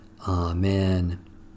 Amen